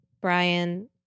Brian